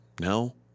No